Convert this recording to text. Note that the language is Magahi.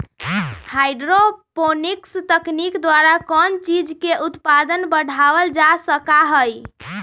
हाईड्रोपोनिक्स तकनीक द्वारा कौन चीज के उत्पादन बढ़ावल जा सका हई